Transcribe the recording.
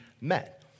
met